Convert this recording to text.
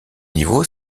niveau